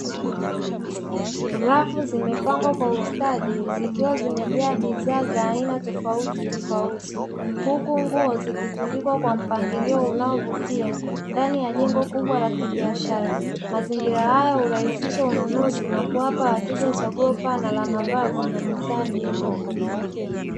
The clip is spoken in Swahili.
Rafu zimepangwa kwa ustadi zikiwa zimejaa bidhaa za aina tofautitofauti, huku nguo zikitundikwa mpangilio unaovutia ndani ya jengo kubwa la kibishara; mazingira hayo hurahisisha ununuzi na kuwapa wateja chaguo pana la mavazi na bidhaa nyingine.